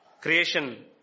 Creation